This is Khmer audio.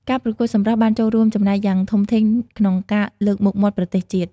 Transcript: ការប្រកួតសម្រស់បានចូលរួមចំណែកយ៉ាងធំធេងក្នុងការលើកមុខមាត់ប្រទេសជាតិ។